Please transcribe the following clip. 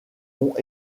ont